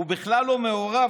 הוא בכלל לא מעורב.